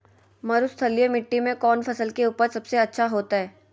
मरुस्थलीय मिट्टी मैं कौन फसल के उपज सबसे अच्छा होतय?